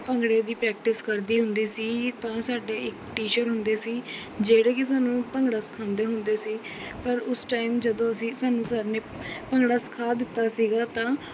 ਭੰਗੜੇ ਦੀ ਪ੍ਰੈਕਟਿਸ ਕਰਦੀ ਹੁੰਦੀ ਸੀ ਤਾਂ ਸਾਡੇ ਇੱਕ ਟੀਚਰ ਹੁੰਦੇ ਸੀ ਜਿਹੜੇ ਕਿ ਸਾਨੂੰ ਭੰਗੜਾ ਸਿਖਾਉਂਦੇ ਹੁੰਦੇ ਸੀ ਪਰ ਉਸ ਟਾਈਮ ਜਦੋਂ ਅਸੀਂ ਸਾਨੂੰ ਸਰ ਨੇ ਭੰਗੜਾ ਸਿਖਾ ਦਿੱਤਾ ਸੀਗਾ ਤਾਂ